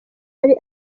yari